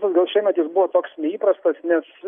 nu gal šiemet jis buvo toks neįprastas nes